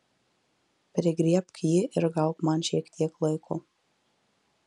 prigriebk jį ir gauk man šiek tiek laiko